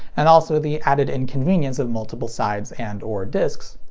and also the added inconvenience of multiple sides and or discs.